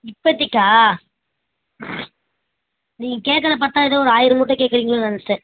இப்போத்திக்கா நீங்கள் கேக்கறதை பார்த்தா ஏதோ ஒரு ஆயிரம் மூட்டை கேட்கறீங்களோன்னு நினச்சிட்டேன்